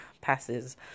passes